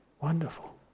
wonderful